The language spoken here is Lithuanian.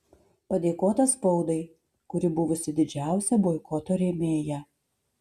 padėkota spaudai kuri buvusi didžiausia boikoto rėmėja